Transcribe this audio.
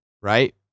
right